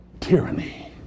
tyranny